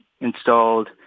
installed